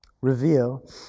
reveal